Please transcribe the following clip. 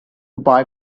buy